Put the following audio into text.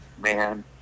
man